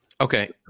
Okay